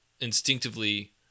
instinctively